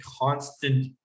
constant